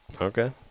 Okay